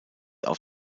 auf